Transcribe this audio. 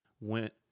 went